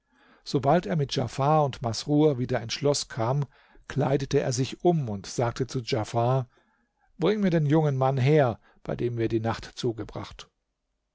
sobald er mit djafar und masrur wieder ins schloß kam kleidete er sich um und sagte zu djafar bring mir den jungen mann her bei dem wir die nacht zugebracht